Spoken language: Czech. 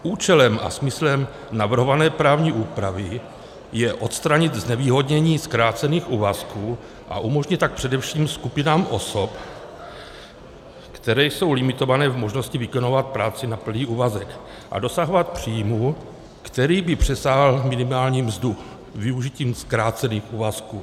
Účelem a smyslem navrhované právní úpravy je odstranit znevýhodnění zkrácených úvazků a umožnit tak především skupinám osob, které jsou limitované v možnosti vykonávat práci na plný úvazek a dosahovat příjmu, který by přesáhl minimální mzdu s využitím zkrácených úvazků.